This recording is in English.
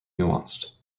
nuanced